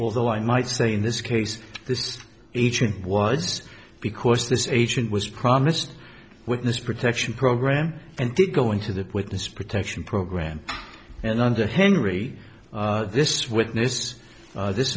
although i might say in this case this agent was because this agent was promised witness protection program and did go into the witness protection program and under henry this witness this